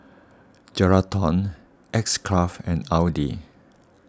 Geraldton X Craft and Audi